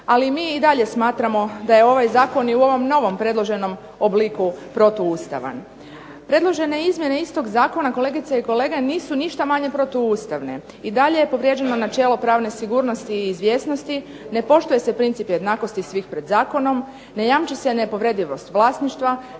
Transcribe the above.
ali mi i dalje smatramo da je ovaj zakon i u ovom novom predloženom obliku protuustavan. Predložene izmjene istog zakona, kolegice i kolege, nisu ništa manje protuustavne. I dalje je povrijeđeno načelo pravne sigurnosti i izvjesnosti, ne poštuje se princip jednakosti svih pred zakonom, ne jamči se ne povredivost vlasništva,